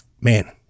man